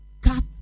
cut